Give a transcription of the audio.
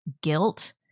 guilt